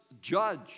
judge